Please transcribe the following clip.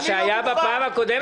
אני לא מוכן.